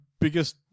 biggest